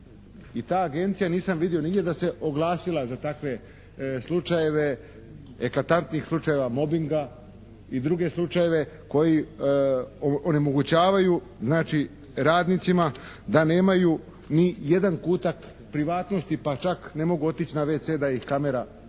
i ta agencija nisam vidio nigdje da se oglasila za takve slučajeve, eklatantnih slučajeva mobinga i druge slučajeve koji onemogućavaju znači radnicima da nemaju ni jedan kutak privatnosti pa čak ne mogu otići na WC da ih kamera ne